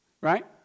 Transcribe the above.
right